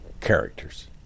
characters